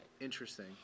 Interesting